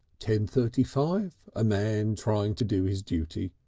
ten-thirty-five a man trying to do his duty,